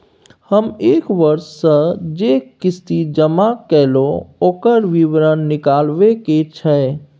हम एक वर्ष स जे किस्ती जमा कैलौ, ओकर विवरण निकलवाबे के छै?